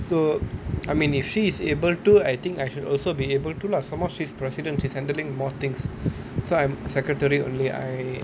so I mean if she is able to I think I should also be able to lah somemore she's president she's handling more things so I'm secretary only so I